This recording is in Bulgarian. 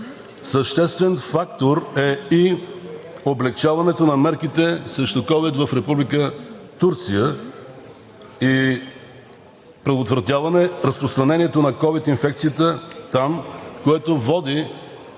Съществен фактор е и облекчаването на мерките срещу ковид в Република Турция и предотвратяване разпространението на ковид инфекцията там, което води,